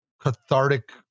cathartic